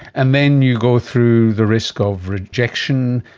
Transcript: and then you go through the risk of rejection,